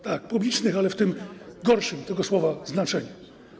Tak, publicznych, ale w tym gorszym tego słowa znaczeniu.